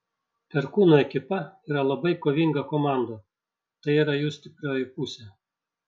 perkūno ekipa yra labai kovinga komanda tai yra jų stiprioji pusė